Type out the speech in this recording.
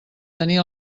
tenir